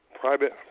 private